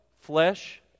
Flesh